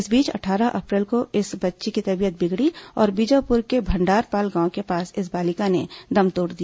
इस बीच अट्ठारह अप्रैल को इस बच्ची की तबीयत बिगड़ी और बीजापुर के भंडारपाल गांव के पास इस बालिका ने दम तोड़ दिया